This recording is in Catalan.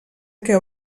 que